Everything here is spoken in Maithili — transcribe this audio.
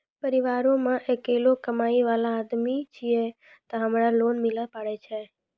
परिवारों मे अकेलो कमाई वाला आदमी छियै ते हमरा लोन मिले पारे छियै?